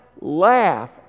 laugh